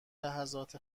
لحظات